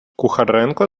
кухаренко